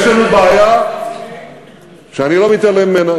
יש לנו בעיה שאני לא מתעלם ממנה,